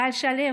גל שלו,